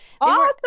Awesome